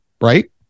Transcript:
right